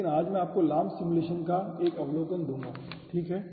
लेकिन आज मैं आपको LAMMPS सिमुलेशन का एक अवलोकन दूंगा ठीक है